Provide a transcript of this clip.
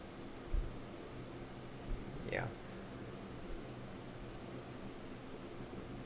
ya